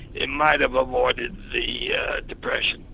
it might have avoided the depression.